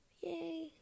Yay